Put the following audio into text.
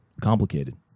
Complicated